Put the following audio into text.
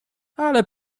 ale